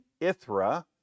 Ithra